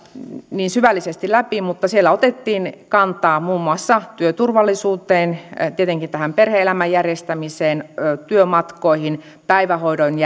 niin syvällisesti läpi mutta siellä otettiin kantaa muun muassa työturvallisuuteen tietenkin tähän perhe elämän järjestämiseen työmatkoihin päivähoidon